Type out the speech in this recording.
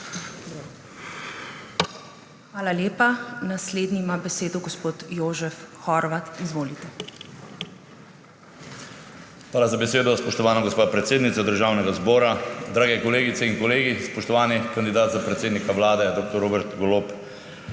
Hvala lepa. Naslednji ima besedo gospod Jožef Horvat. Izvolite. JOŽEF HORVAT (PS NSi): Hvala za besedo, spoštovana gospa predsednica Državnega zbora. Drage kolegice in kolegi, spoštovani kandidat za predsednika Vlade dr. Robert Golob,